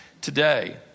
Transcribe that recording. today